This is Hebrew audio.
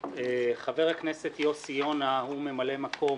חבר הכנסת יוסי יונה, הוא ממלא מקום